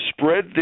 spread